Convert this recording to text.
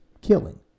killing